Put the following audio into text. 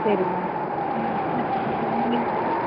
சரிங்க